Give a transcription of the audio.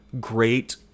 great